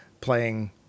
playing